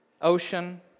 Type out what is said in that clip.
ocean